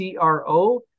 CRO